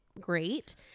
great